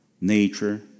nature